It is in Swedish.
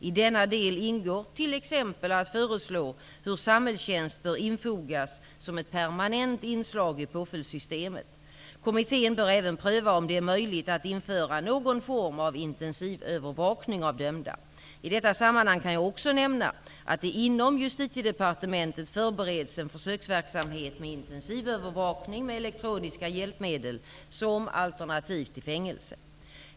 I denna del ingår t.ex. att föreslå hur samhällstjänst bör infogas som ett permanent inslag i påföljdssystemet. Kommittén bör även pröva om det är möjligt att införa någon form av intensivövervakning av dömda. I detta sammanhang kan jag också nämna att det inom Justitiedepartementet förbereds en försöksverksamhet med intensivövervakning med elektroniska hjälpmedel som alternativ till fängelse.